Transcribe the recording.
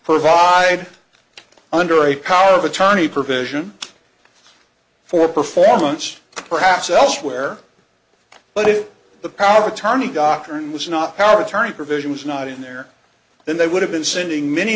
provide under a power of attorney provision for performance perhaps elsewhere but if the power of attorney doctrine was not our attorney provision was not in there then they would have been sending many